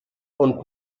und